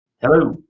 Hello